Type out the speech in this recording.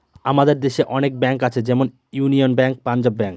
আমাদের দেশে অনেক ব্যাঙ্ক আছে যেমন ইউনিয়ান ব্যাঙ্ক, পাঞ্জাব ব্যাঙ্ক